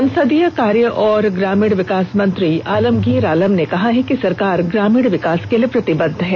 संसदीय कार्य और ग्रामीण विकास मंत्री आलमगीर आलम ने कहा कि सरकार ग्रामीण विकास के लिए प्रतिबंद्व है